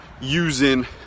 using